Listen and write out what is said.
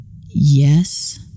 yes